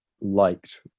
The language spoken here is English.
liked